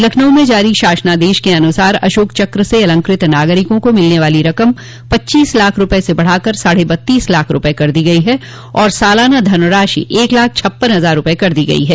लखनऊ में जारी शासनादेश के अनुसार अशोक चक्र से अलंकृत नागरिकों को मिलने वाली रक़म पच्चीस लाख रूपये से बढ़ा कर साढ़े बत्तीस लाख रूपये कर दी गई है और सालाना धनराशि एक लाख छप्पन हजार रूपये कर दी गई है